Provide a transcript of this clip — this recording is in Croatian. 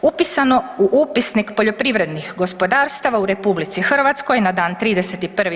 Upisano u Upisnik poljoprivrednih gospodarstava u RH na dan 31.